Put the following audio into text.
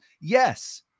yes